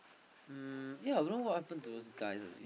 um yea don't know what happen to those guys ah